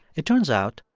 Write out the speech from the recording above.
it turns out,